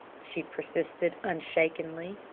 she persisted unshakenly.